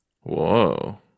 Whoa